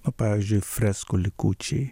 nu pavyzdžiui freskų likučiai